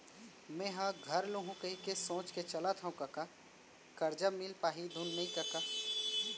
मेंहा घर लुहूं कहिके सोच के चलत हँव कका करजा मिल पाही धुन नइ कका